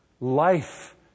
life